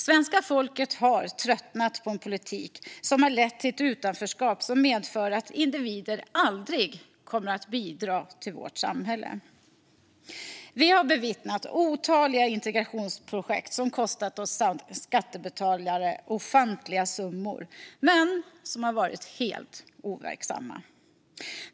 Svenska folket har tröttnat på en politik som lett till ett utanförskap som medför att individer aldrig kommer att bidra till vårt samhälle. Vi har bevittnat otaliga integrationsprojekt som kostat oss skattebetalare ofantliga summor men som varit helt overksamma.